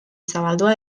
zabaldua